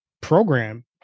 program